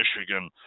Michigan